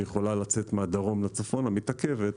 שיכולה לצאת מהדרום לצפון מתעכבת,